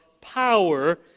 power